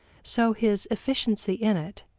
so his efficiency in it,